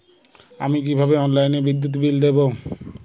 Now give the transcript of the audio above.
আমি কিভাবে অনলাইনে বিদ্যুৎ বিল দেবো?